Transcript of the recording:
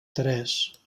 tres